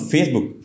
Facebook